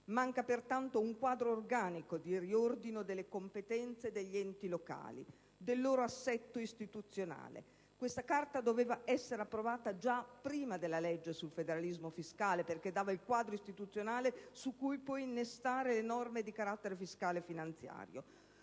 Manca pertanto un quadro organico di riordino delle competenze degli enti locali, del loro assetto istituzionale. Questa Carta doveva essere approvata già prima della legge sul federalismo fiscale, perché dava il quadro istituzionale su cui poi innestare le norme di carattere fiscale e finanziario.